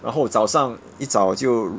然后早上一早我就